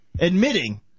admitting